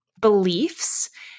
beliefs